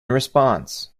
response